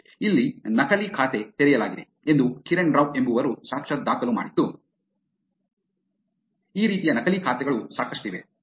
ಇಲ್ಲಿ ನಕಲಿ ಖಾತೆ ತೆರೆಯಲಾಗಿದೆ ಎಂದು ಕಿರಣ್ ರಾವ್ ಎಂಬುವರು ಸಾಕ್ಷಾತ್ ದಾಖಲು ಮಾಡಿದ್ದು ಈ ರೀತಿಯ ನಕಲಿ ಖಾತೆ ಗಳು ಸಾಕಷ್ಟಿವೆ